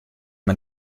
man